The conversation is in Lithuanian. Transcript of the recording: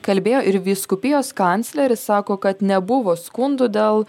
kalbėjo ir vyskupijos kancleris sako kad nebuvo skundų dėl